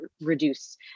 reduce